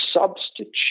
substitute